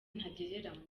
ntagereranywa